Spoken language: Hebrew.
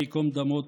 השם ייקום דמו,